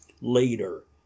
Later